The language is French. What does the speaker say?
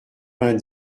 vingt